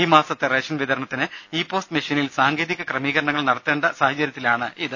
ഈ മാസത്തെ റേഷൻ വിതരണത്തിന് ഇ പോസ് മെഷീനിൽ സാങ്കേതിക ക്രമീകരണങ്ങൾ വരുത്തേണ്ട സാഹചര്യത്തിലാണിത്